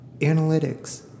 analytics